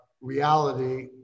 reality